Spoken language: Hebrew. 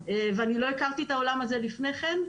ולא היכרתי את העולם הזה לפני כן,